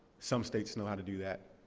some states know how to do that,